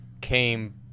came